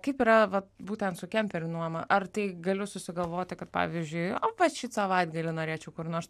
kaip yra vat būtent su kemperių nuoma ar tai galiu susigalvoti kad pavyzdžiui o va šį savaitgalį norėčiau kur nors